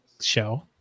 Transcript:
show